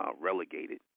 relegated